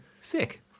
sick